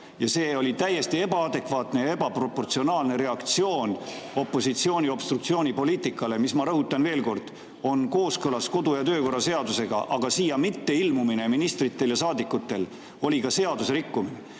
ja see oli täiesti ebaadekvaatne ja ebaproportsionaalne reaktsioon opositsiooni obstruktsioonipoliitikale, mis, ma rõhutan veel kord, on kooskõlas kodu‑ ja töökorra seadusega. Aga ministrite ja saadikute siia mitteilmumine oli ka seadusrikkumine.